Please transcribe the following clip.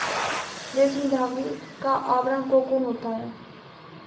रेशमी धागे का आवरण कोकून होता है